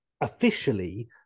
officially